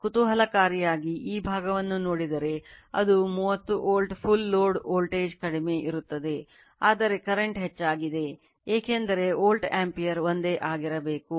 ಆದ್ದರಿಂದ ಕುತೂಹಲಕಾರಿಯಾಗಿ ಈ ಭಾಗವನ್ನು ನೋಡಿದರೆ ಅದು 30 ವೋಲ್ಟ್ full ನೋಡಿದರೆ 72 ಆಗಿರಬೇಕು